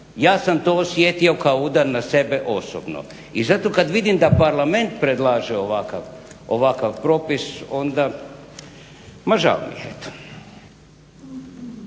Ja sam to osjetio kao udar na sebe osobno. I zato kada vidim da parlament predlaže ovakav propis onda, ma žao mi je eto.